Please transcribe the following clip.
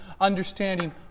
understanding